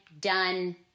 done